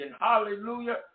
Hallelujah